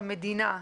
במדינה.